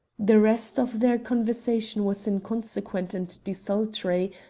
the rest of their conversation was inconsequent and desultory,